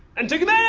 antigone!